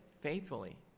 faithfully